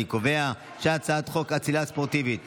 אני קובע שהצעת חוק הצלילה הספורטיבית